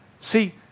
See